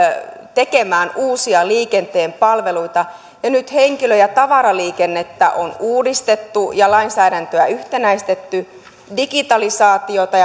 tekemään uusia liikenteen palveluita nyt henkilö ja tavaraliikennettä on uudistettu ja lainsäädäntöä yhtenäistetty digitalisaatiota